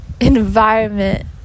environment